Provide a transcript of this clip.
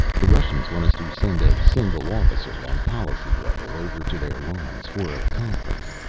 the russians want us to send a single officer on policy level over to their lines. for a conference.